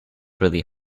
really